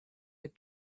had